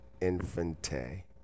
Infante